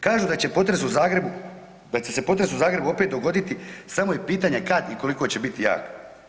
Kažu da će potres u Zagrebu, da će se potres u Zagrebu opet dogoditi, samo je pitanje kad i koliko će biti jak.